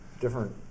different